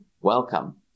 Welcome